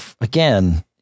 again